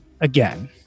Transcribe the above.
again